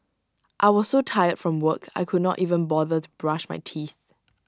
I was so tired from work I could not even bother to brush my teeth